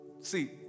See